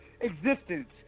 Existence